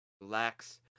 relax